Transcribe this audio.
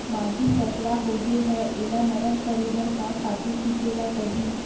माटी सैकड़ा होगे है एला नरम करे बर का खातू छिंचे ल परहि?